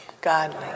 Godly